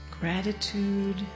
Gratitude